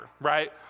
right